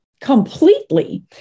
Completely